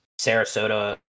sarasota